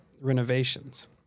renovations